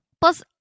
plus